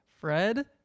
Fred